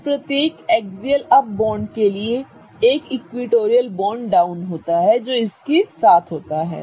तो प्रत्येक axial up bond के लिए एक इक्विटोरियल बॉन्ड डाउन होता है जो इसके साथ है